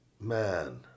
man